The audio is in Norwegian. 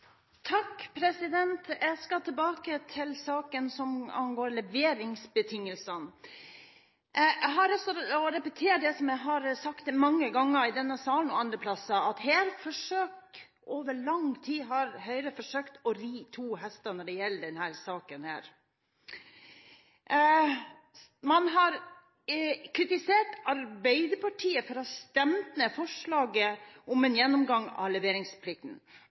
Jeg skal tilbake til saken som angår leveringsbetingelser. Jeg har lyst til å repetere det som jeg har sagt mange ganger i denne salen og andre steder, at Høyre over lang tid har forsøkt å ri to hester samtidig når det gjelder denne saken. Man har kritisert Arbeiderpartiet for å ha stemt ned forslaget om en gjennomgang av leveringsplikten.